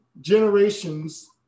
generations